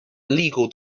legal